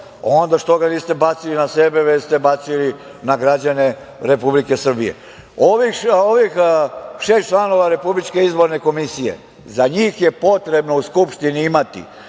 onda što ga niste bacili na sebe, već ste bacili na građane Republike Srbije? Ovih šest članova RIK-a, za njih je potrebno u Skupštini imati